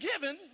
given